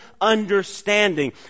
understanding